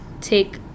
take